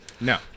No